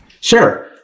Sure